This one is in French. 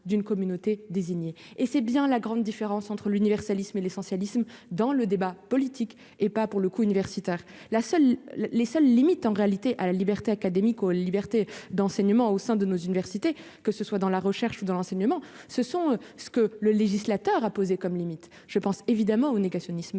et c'est bien la grande différence entre l'universalisme et l'essentialisme dans le débat politique et pas pour le coup, universitaire, la seule les seules limites en réalité à la liberté académique liberté d'enseignement au sein de nos universités, que ce soit dans la recherche dans l'enseignement, ce sont ce que le législateur a posé comme limite je pense évidemment au négationnisme